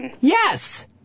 Yes